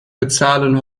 bezahlen